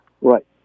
Right